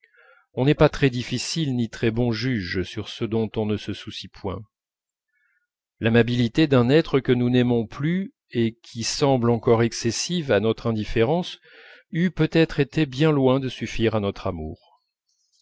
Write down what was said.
on n'est pas très difficile ni très bon juge sur ce dont on ne se soucie point l'amabilité d'un être que nous n'aimons plus et qui semble encore excessive à notre indifférence eût peut-être été bien loin de suffire à notre amour